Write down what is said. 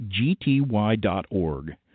gty.org